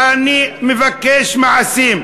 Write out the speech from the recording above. אני מבקש מעשים,